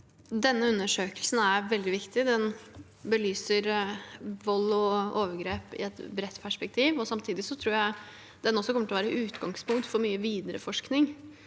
Denne undersø- kelsen er veldig viktig. Den belyser vold og overgrep i et bredt perspektiv, og samtidig tror jeg den også kommer til å være utgangspunkt for mye videre forskning.